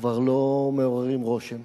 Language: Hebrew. וכבר לא מעוררים רושם,